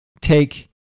take